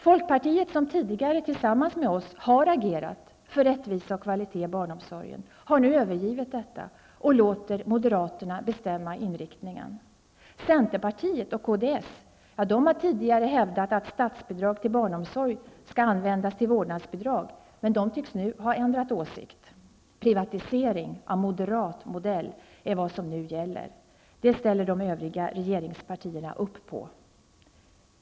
Folkpartiet som tidigare tillsammans med oss har agerat för rättvisa och kvalitet i barnomsorgen, har nu övergivit detta och låter moderaterna bestämma inriktningen. Centern och kds har tidigare hävdat att statsbidragen till barnomsorgen skall användas till vårdnadsbidrag. Men de tycks nu ha ändrat åsikt. Privatisering av moderat modell är vad som nu gäller. Det ställer de övriga regeringspartierna upp på.